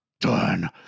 done